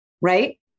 Right